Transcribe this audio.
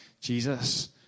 Jesus